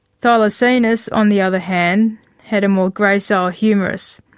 thylacinus on the other hand had a more gracile humerus.